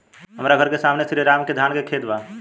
हमर घर के सामने में श्री राम के धान के खेत बा